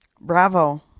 Bravo